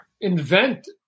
invent